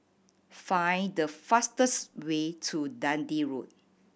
find the fastest way to Dundee Road